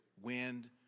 Wind